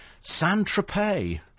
Saint-Tropez